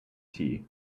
tea